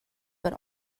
but